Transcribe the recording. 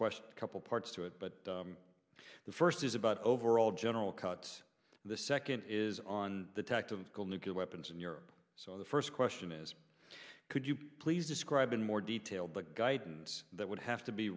questions couple parts to it but the first is about overall general cuts the second is on the tactical nuclear weapons in europe so the first question is could you please describe in more detail but guidance that would have to be